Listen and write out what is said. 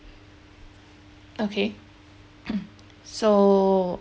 okay so